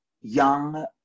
young